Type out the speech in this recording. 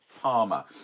Palmer